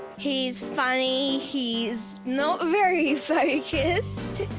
he's funny. he's not very focussed.